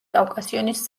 კავკასიონის